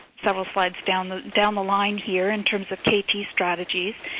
several slides down the down the line here in terms of kt strategies.